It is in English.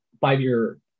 five-year